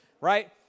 Right